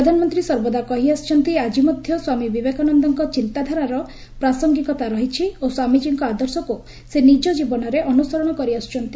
ପ୍ରଧାନମନ୍ତ୍ରୀ ସର୍ବଦା କହି ଆସିଛନ୍ତି ଆଜି ମଧ୍ୟ ସ୍ୱାମୀ ବିବେକାନନ୍ଦଙ୍କ ଚିନ୍ତାଧାରାର ପ୍ରାସଙ୍ଗିକତା ରହିଛି ଓ ସ୍ୱାମୀଜୀଙ୍କ ଆଦର୍ଶକୁ ସେ ନିଜ ଜୀବନରେ ଅନୁସରଣ କରିଆସୁଛନ୍ତି